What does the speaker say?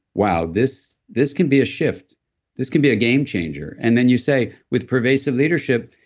wow, this this can be a shift this can be a game changer. and then you say, with pervasive leadership,